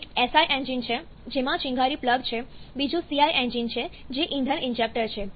એક SI engine છે જેમાં ચિનગારી પ્લગ છે બીજું CI એન્જિન છે જે ઇંધન ઇન્જેક્ટર છે